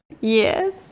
Yes